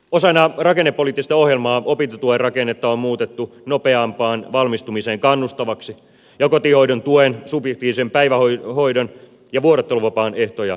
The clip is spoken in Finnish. osana rakennepoliittista ohjelmaa opintotuen rakennetta on muutettu nopeampaan valmistumiseen kannustavaksi ja kotihoidon tuen subjektiivisen päivähoidon ja vuorotteluvapaan ehtoja tiukennettu